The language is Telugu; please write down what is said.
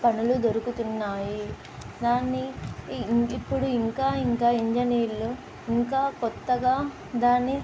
పనులు దొరుకుతున్నాయి దాన్ని ఇప్పుడు ఇంకా ఇంకా ఇంజనీర్లు ఇంకా కొత్తగా దాన్ని